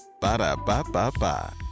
Ba-da-ba-ba-ba